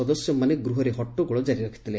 ସଦସ୍ୟମାନେ ଗୃହରେ ହଟ୍ଟଗୋଳ କାରି ରଖିଥିଲେ